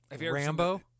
Rambo